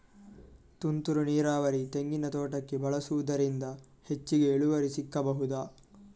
ತುಂತುರು ನೀರಾವರಿ ತೆಂಗಿನ ತೋಟಕ್ಕೆ ಬಳಸುವುದರಿಂದ ಹೆಚ್ಚಿಗೆ ಇಳುವರಿ ಸಿಕ್ಕಬಹುದ?